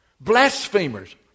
Blasphemers